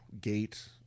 gate